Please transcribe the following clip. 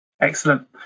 excellent